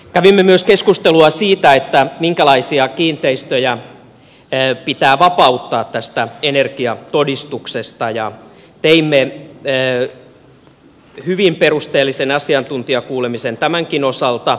kävimme myös keskustelua siitä minkälaisia kiinteistöjä pitää vapauttaa tästä energiatodistuksesta ja teimme hyvin perusteellisen asiantuntijakuulemisen tämänkin osalta